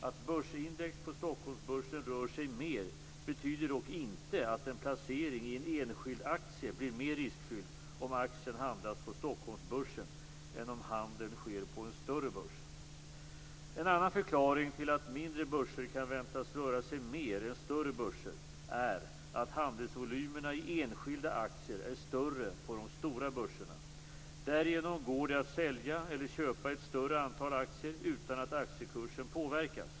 Att börsindex på Stockholmsbörsen rör sig mer betyder dock inte att en placering i en enskild aktie blir mer riskfylld om aktien handlas på Stockholmsbörsen än om handeln sker på en större börs. En annan förklaring till att mindre börser kan väntas röra sig mer än större börser är att handelsvolymerna i enskilda aktier är större på de stora börserna. Därigenom går det att sälja eller köpa ett större antal aktier utan att aktiekursen påverkas.